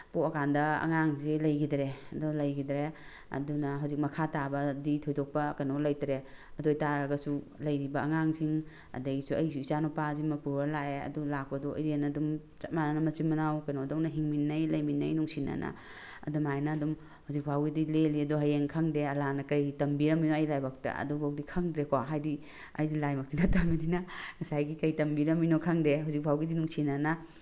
ꯄꯣꯛꯑꯀꯥꯟꯗ ꯑꯉꯥꯡꯁꯤ ꯂꯩꯈꯤꯗꯔꯦ ꯑꯗꯣ ꯂꯩꯈꯤꯗꯔꯦ ꯑꯗꯨꯅ ꯍꯧꯖꯤꯛ ꯃꯈꯥ ꯇꯥꯕꯗꯤ ꯊꯣꯏꯗꯣꯛꯄ ꯀꯩꯅꯣ ꯂꯩꯇ꯭ꯔꯦ ꯑꯗꯨ ꯑꯣꯏ ꯇꯥꯔꯒꯁꯨ ꯂꯩꯔꯤꯕ ꯑꯉꯥꯡꯁꯤꯡ ꯑꯗꯒꯤꯁꯨ ꯑꯩꯒꯤꯁꯨ ꯏꯆꯥꯅꯨꯄꯥꯁꯤꯃ ꯄꯨꯔꯒ ꯂꯥꯛꯑꯦ ꯑꯗꯨ ꯂꯥꯛꯄꯗꯣ ꯏꯔꯦꯟꯅ ꯑꯗꯨꯝ ꯆꯞ ꯃꯥꯅꯅ ꯃꯆꯤꯟ ꯃꯅꯥꯎ ꯀꯩꯅꯣꯗꯧꯅ ꯍꯤꯡꯃꯤꯟꯅꯩ ꯂꯩꯃꯤꯟꯅꯩ ꯅꯨꯡꯁꯤꯅꯅ ꯑꯗꯨꯃꯥꯏꯅ ꯑꯗꯨꯝ ꯍꯧꯖꯤꯛ ꯐꯥꯎꯒꯤꯗꯤ ꯂꯦꯜꯂꯤ ꯑꯗꯣ ꯍꯌꯦꯡ ꯈꯪꯗꯦ ꯑꯜꯂꯥꯅ ꯀꯩ ꯇꯝꯕꯤꯔꯝꯃꯤꯅꯣ ꯑꯩꯒꯤ ꯂꯥꯏꯕꯛꯇ ꯑꯗꯨꯐꯥꯎꯗꯤ ꯈꯪꯗ꯭ꯔꯦꯀꯣ ꯍꯥꯏꯗꯤ ꯑꯩꯗꯤ ꯂꯥꯏꯃꯛꯇꯤ ꯅꯠꯇꯕꯅꯤꯅ ꯉꯁꯥꯏꯒꯤ ꯀꯩ ꯇꯝꯕꯤꯔꯝꯃꯤꯅꯣ ꯈꯪꯗꯦ ꯍꯧꯖꯤꯛ ꯐꯥꯎꯒꯤꯗꯤ ꯅꯨꯡꯁꯤꯅꯅ